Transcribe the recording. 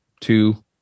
two